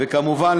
וכמובן,